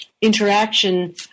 interaction